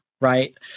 right